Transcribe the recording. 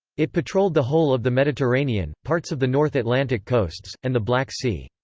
it patrolled the whole of the mediterranean, parts of the north atlantic coasts, and the black sea.